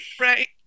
right